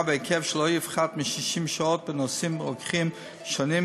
בהיקף שלא יפחת מ-60 שעות בנושאים רוקחיים שונים,